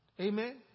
Amen